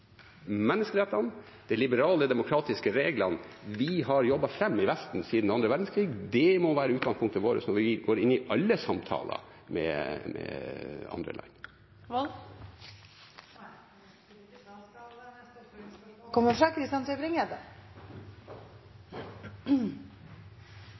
De liberale demokratiske reglene vi har jobbet fram i Vesten siden annen verdenskrig, må være utgangspunktet vårt når vi går inn i alle samtaler med andre